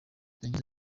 yagize